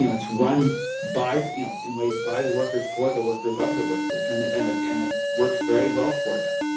it's run by, you know, in ways by the workers, for the workers of the workers. and it and it and it works very well for them